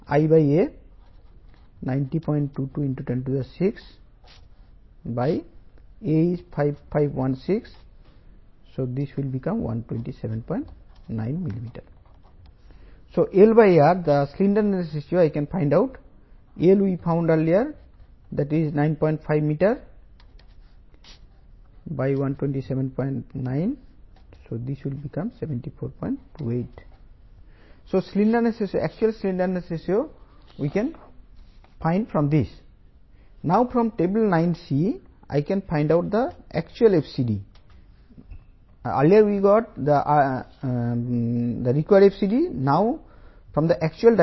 ఇప్పుడు IS 800 2007 table 9సి నుంచి Lr 74